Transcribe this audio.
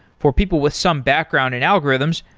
for people with some background in algorithms,